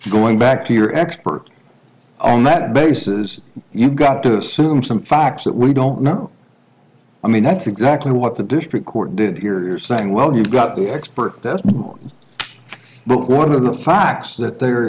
going back to your expert on that basis you've got to assume some facts that we don't know i mean that's exactly what the district court did you're saying well you've got the expert testimony on but one of the facts that they're